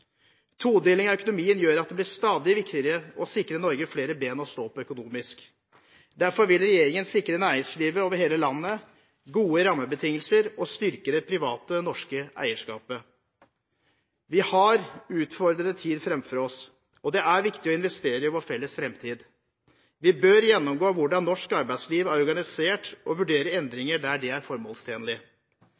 Todeling av økonomien gjør at det blir stadig viktigere å sikre Norge flere ben å stå på økonomisk. Derfor vil regjeringen sikre næringslivet over hele landet gode rammebetingelser og styrke det private norske eierskapet. Vi har en utfordrende tid framfor oss, og det er viktig å investere i vår felles framtid. Vi bør gjennomgå hvordan norsk arbeidsliv er organisert og vurdere endringer der det er formålstjenlig.